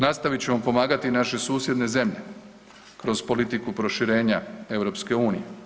Nastavit ćemo pomagati i naše susjedne zemlje kroz politiku proširenja EU.